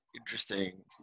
interesting